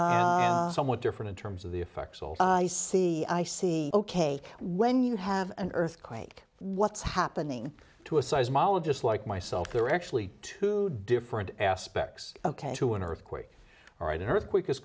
somewhat different in terms of the effects all i see i see ok when you have an earthquake what's happening to a seismologist like myself there are actually two different aspects ok to an earthquake all right earthquake is